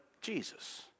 Jesus